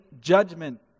judgment